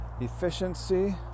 efficiency